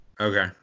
Okay